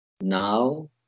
now